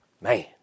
Man